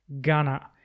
Ghana